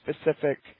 specific